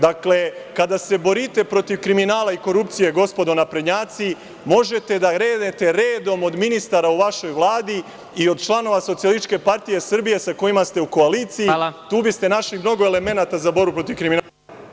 Dakle, kada se borite protiv kriminala i korupcije, gospodo naprednjaci, možete da krenete redom od ministara u vašoj vladi i od članova SPS sa kojima ste u koaliciji, tu biste našli mnogo elemenata za borbu protiv kriminala.